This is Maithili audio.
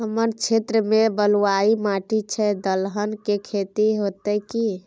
हमर क्षेत्र में बलुआ माटी छै, दलहन के खेती होतै कि?